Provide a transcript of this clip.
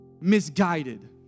misguided